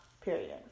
period